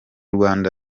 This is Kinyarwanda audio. rwanda